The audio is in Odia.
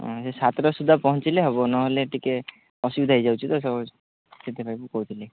ହଁ ସେ ସାତଟା ସୁଦ୍ଧା ପହଞ୍ଚିଲେ ହେବ ନହେଲେ ଟିକେ ଅସୁବିଧା ହେଇଯାଉଛି ତ ସେଥିପାଇଁ ମୁଁ କହୁଥିଲି